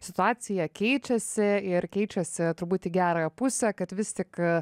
situacija keičiasi ir keičiasi turbūt į gerąją pusę kad vis tik